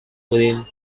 within